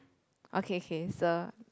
okay okay so